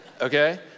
okay